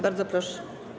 Bardzo proszę.